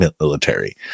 military